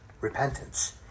repentance